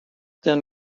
then